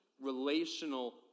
relational